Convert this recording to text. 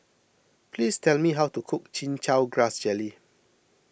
please tell me how to cook Chin Chow Grass Jelly